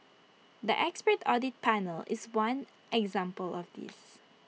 the expert audit panel is one example of this